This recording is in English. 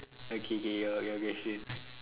okay K your your question